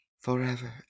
Forever